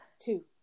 two